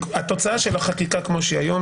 התוצאה של החקיקה כמו שהיא היום,